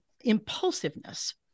impulsiveness